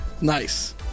nice